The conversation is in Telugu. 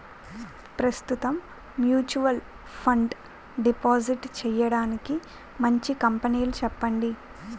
ప్రస్తుతం మ్యూచువల్ ఫండ్ డిపాజిట్ చేయడానికి మంచి కంపెనీలు చెప్పండి